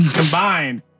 combined